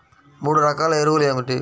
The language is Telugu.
మూడు రకాల ఎరువులు ఏమిటి?